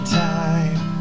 time